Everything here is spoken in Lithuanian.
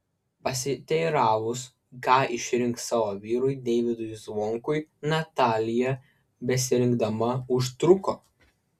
pasiteiravus ką išrinks savo vyrui deivydui zvonkui natalija besirinkdama užtruko